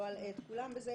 לא אלאה את כולם בזה.